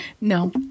no